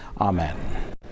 Amen